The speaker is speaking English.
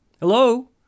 Hello